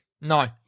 No